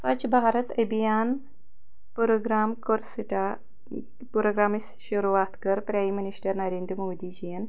Swachh Bharat Abhiyan programme کوٚر start پرٛوگرٛامٕچ شروعات کٔر پرٛایم منسٹَر نَرنٛدر مودی جِیَن